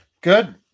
Good